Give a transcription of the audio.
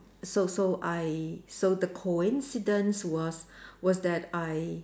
so so I so the coincidence was was that I